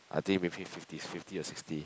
I think maybe fifties fifty or sixty